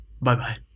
Bye-bye